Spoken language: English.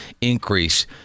increase